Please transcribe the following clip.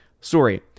sorry